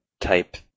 type